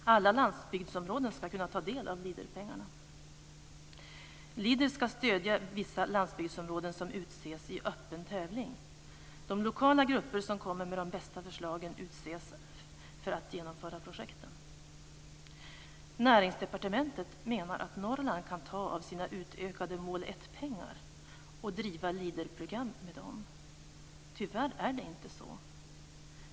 Alla landsbygdsområden ska kunna ta del av Leaderpengarna. Leader ska stödja vissa landsbygdsområden som utses i öppen tävling. De lokala grupper som kommer med de bästa förslagen utses för att genomföra projekten. Näringsdepartementet menar att Norrland kan ta av sina utökade mål 1-pengar och driva Leaderprogram med dem. Tyvärr går inte det.